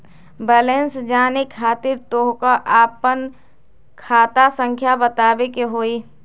Balance जाने खातिर तोह के आपन खाता संख्या बतावे के होइ?